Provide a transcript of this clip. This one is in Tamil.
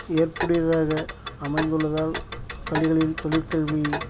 ஏற்புடையதாக அமைந்துள்ளதால் பள்ளிகளில் தொழிற்கல்வி